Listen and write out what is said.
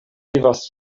vivas